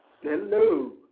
Hello